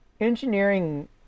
Engineering